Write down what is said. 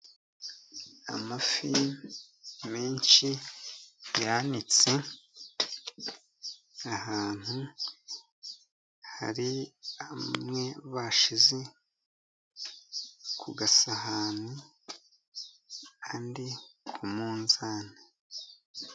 Amafi menshi yanitse ahantu, hari amwe bashyize ku gasahani, andi ku munzani.